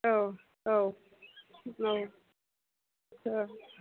औ औ औ